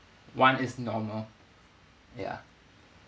one is normal ya